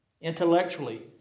Intellectually